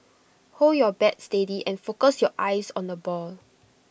hold your bat steady and focus your eyes on the ball